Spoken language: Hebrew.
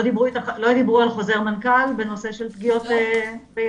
לא דיברו על חוזר מנכ"ל בנושא של פגיעות בילדים?